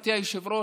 גברתי היושבת-ראש,